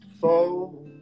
fall